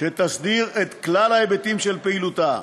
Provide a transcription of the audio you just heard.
שתסדיר את כלל ההיבטים של פעילותה.